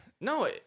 No